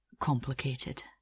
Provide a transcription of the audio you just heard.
complicated